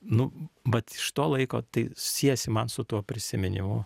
nu vat iš to laiko tai siejasi man su tuo prisiminimu